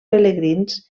pelegrins